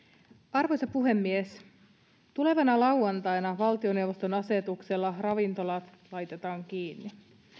arvoisa puhemies tulevana lauantaina valtioneuvoston asetuksella ravintolat laitetaan kiinni